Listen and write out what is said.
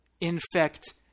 infect